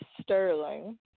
Sterling